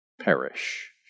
perish